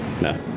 no